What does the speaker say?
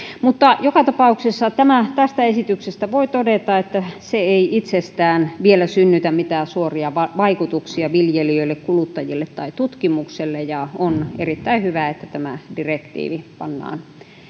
joka tapauksessa tästä esityksestä voi todeta että se ei itsessään vielä synnytä mitään suoria vaikutuksia viljelijöille kuluttajille tai tutkimukselle ja on erittäin hyvä että tämä direktiivi pannaan